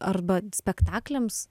arba spektakliams